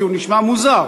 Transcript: כי זה נשמע מוזר.